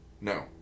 No